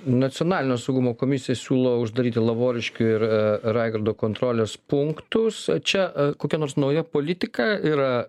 nacionalinio saugumo komisija siūlo uždaryti lavoriškių ir raigardo kontrolės punktus čia kokia nors nauja politika yra